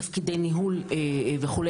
תפקידי ניהול וכו',